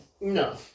No